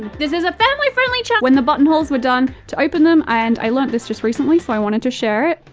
this is a family-friendly chann when the buttonholes were done, to open them, and i learnt this just recently so i wanted to share it,